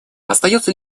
остается